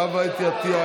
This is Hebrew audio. חוה אתי עטייה,